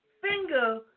finger